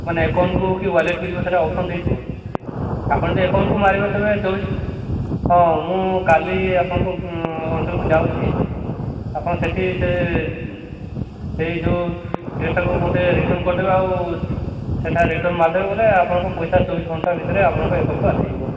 ମାନେ ଏକାଉଣ୍ଟ୍କୁ କି ୱାଲେଟକୁ ଯିବ ସେଇଟା ଅପସନ୍ ଦେଇଥିବ ଆପଣ ଯେ ଆକାଉଣ୍ଟକୁ ମାରିବେ ତେବେ ହଁ ମୁଁ କାଲି ଆପଣଙ୍କ ଅଞ୍ଚଳକୁ ଯାଉଛି ଆପଣ ସେଠି ସେ ସେଇ ଯେଉଁ ଡ୍ରେସ୍ଟାକୁ ମୋତେ ରିଟର୍ନ୍ କରିଦେବେ ଆଉ ସେଟା ରିଟର୍ନ୍ ମାରିଦେବେ ବୋଲେ ଆପଣଙ୍କ ପଇସା ଚବିଶ ଘଣ୍ଟା ଭିତରେ ଆପଣଙ୍କ ଆକାଉଣ୍ଟକୁ ଆସିଯିବ